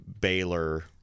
Baylor